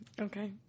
Okay